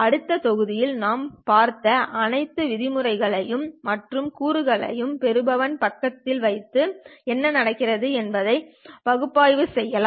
அடுத்த தொகுதியில் நாம் பார்த்த அனைத்து விதிமுறைகளையும் மற்றும் கூறுகளையும் பெறுபவன் பக்கத்தில் வைத்து என்ன நடக்கிறது என்பதை பகுப்பாய்வு செய்யலாம்